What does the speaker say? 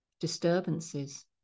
disturbances